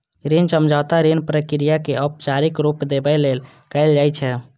ऋण समझौता ऋण प्रक्रिया कें औपचारिक रूप देबय लेल कैल जाइ छै